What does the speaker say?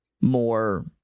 more